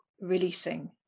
releasing